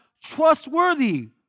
trustworthy